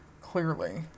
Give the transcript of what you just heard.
clearly